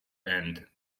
end